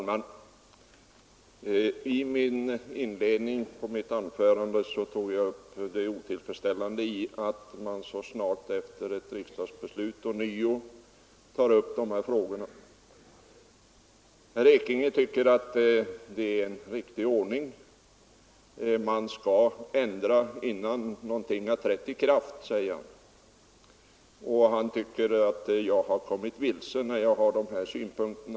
Herr talman! I inledningen till mitt anförande framhöll jag det otillfredställande i att man så snart efter ett riksdagsbeslut ånyo tar upp dessa frågor. Herr Ekinge tycker att det är en riktig ordning. Man skall ändra bestämmelserna innan de har trätt i kraft, säger han. Han anser att jag har kommit vilse, när jag framför andra synpunkter.